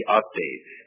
updates